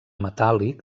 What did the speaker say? metàl·lic